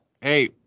Hey